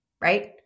right